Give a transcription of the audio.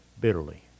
bitterly